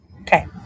Okay